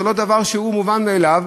זה לא דבר שהוא מובן מאליו,